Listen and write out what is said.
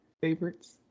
favorites